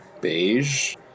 Beige